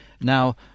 now